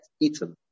eaten